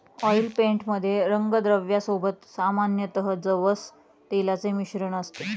oil paint मध्ये रंगद्रव्या सोबत सामान्यतः जवस तेलाचे मिश्रण असते